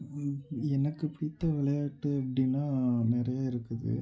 எனக்கு பிடித்த விளையாட்டு அப்படினா நிறைய இருக்குது